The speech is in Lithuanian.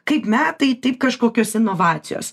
kaip metai taip kažkokios inovacijos